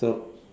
so